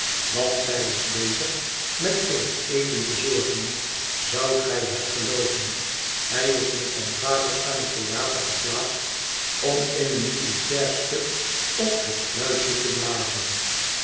met voor het eten te zorgen zoudt gij het gelooven hij is met zijn vader aan het theater geplaatst om in een militair stuk op het fluitje te blazen